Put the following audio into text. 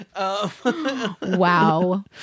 Wow